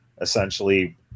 essentially